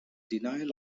denial